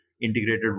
integrated